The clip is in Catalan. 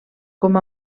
com